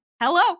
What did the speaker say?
Hello